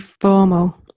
formal